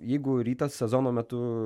jeigu rytas sezono metu